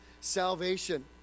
salvation